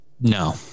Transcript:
No